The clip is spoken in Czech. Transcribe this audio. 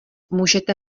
můžete